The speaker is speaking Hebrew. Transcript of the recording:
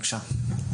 בבקשה.